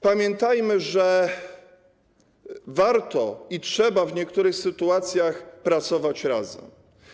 Pamiętajmy, że warto i trzeba w niektórych sytuacjach pracować razem.